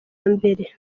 mbere